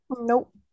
nope